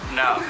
no